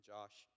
Josh